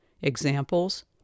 Examples